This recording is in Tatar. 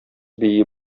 бии